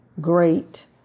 great